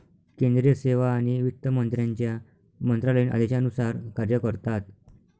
केंद्रीय सेवा आणि वित्त मंत्र्यांच्या मंत्रालयीन आदेशानुसार कार्य करतात